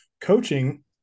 coaching